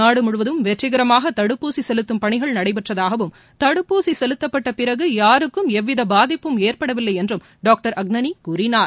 நாடு முழுவதும் வெற்றிகரமாக தடுப்பூசி செலுத்தும் பணிகள் நடைபெற்றதாகவும் தடுப்பூசி செலுத்தப்பட்ட பிறகு யாருக்கும் எவ்வித பாதிப்பும் ஏற்படவில்லை என்றும் டாக்டர் அக்னனி கூறினார்